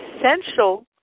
essential